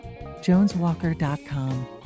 Joneswalker.com